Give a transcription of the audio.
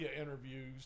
interviews